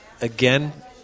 again